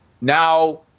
Now